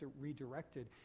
redirected